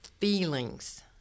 feelings